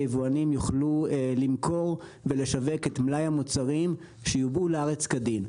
היבואנים יוכלו למכור ולשווק את מלאי המוצרים שיובאו לארץ כדין.